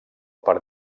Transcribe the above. per